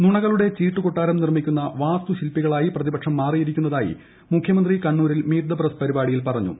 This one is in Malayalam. നുണകളുടെ ചീട്ട് കൊട്ടാരം നിർമ്മിക്കുന്ന വാസ്തുശില്പികളായി പ്രതിപക്ഷം മാറിയിരിക്കുന്നതായി മുഖ്യമന്ത്രി കണ്ണൂരിൽ മീറ്റ് ദ പ്രസ് പരിപാടിയിൽ പറഞ്ഞു